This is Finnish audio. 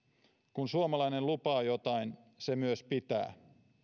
kun suomalainen lupaa jotain se myös pitää